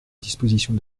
dispositions